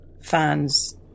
fans